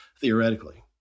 theoretically